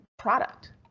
product